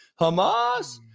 Hamas